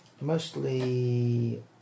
mostly